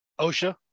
OSHA